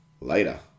Later